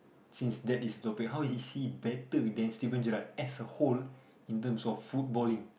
since that is your pick how is he better than Steven-Garrard as a whole in terms of footballing